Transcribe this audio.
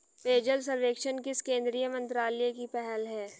पेयजल सर्वेक्षण किस केंद्रीय मंत्रालय की पहल है?